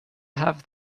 have